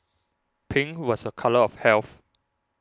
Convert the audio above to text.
pink was a colour of health